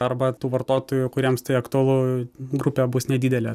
arba tų vartotojų kuriems tai aktualu grupė bus nedidelė